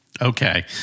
okay